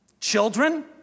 Children